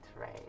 right